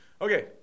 okay